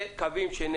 תודה.